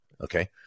Okay